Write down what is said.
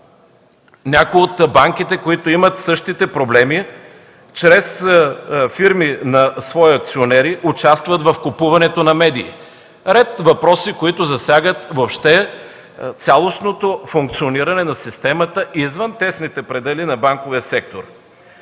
Някои от банките, които имат същите проблеми, чрез фирми на свои акционери участват в купуването на медии. Ред въпроси, които засягат цялостното функциониране на системата, извън тесните предели на банковия сектор.